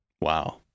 wow